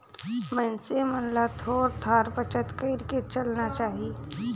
मइनसे मन ल थोर थार बचत कइर के चलना चाही